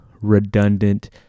redundant